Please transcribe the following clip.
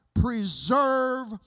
preserve